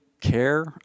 care